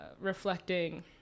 reflecting